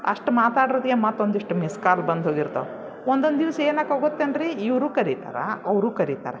ಅಷ್ಟು ಮಾತಾಡಿರ್ತೀಯ ಮತ್ತೊಂದಿಷ್ಟು ಮಿಸ್ ಕಾಲ್ ಬಂದು ಹೋಗಿರ್ತವೆ ಒಂದೊಂದಿವ್ಸ ಏನಾಕ್ಕವೆ ಗೊತ್ತೇನು ರಿ ಇವರು ಕರಿತಾರೆ ಅವರೂ ಕರೀತಾರೆ